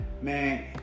man